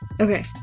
Okay